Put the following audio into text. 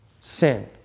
sin